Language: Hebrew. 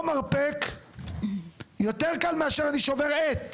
או מרפק יותר קל מאשר אני שובר עט.